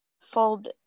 fold